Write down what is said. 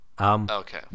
Okay